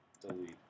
delete